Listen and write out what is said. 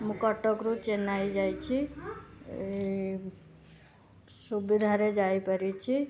ମୁଁ କଟକରୁ ଚେନ୍ନାଇ ଯାଇଛି ସୁବିଧାରେ ଯାଇପାରିଛି